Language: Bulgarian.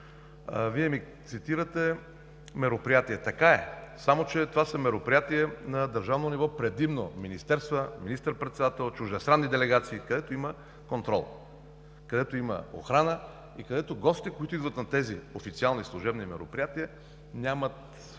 Вие ми цитирате мероприятия. Така е! Това са мероприятия на държавно ниво - предимно министерства, министър-председател, чуждестранни делегации, където има контрол, има охрана и гостите, които идват на тези официални служебни мероприятия, нямат